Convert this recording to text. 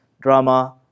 drama